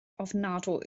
ofnadwy